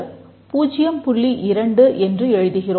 2 என்று எழுதுகிறோம்